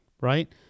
right